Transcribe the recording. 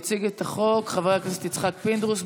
יציג את החוק חבר הכנסת יצחק פינדרוס,